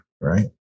Right